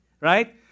right